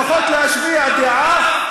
לפחות להשמיע דעה.